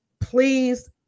Please